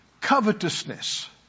Covetousness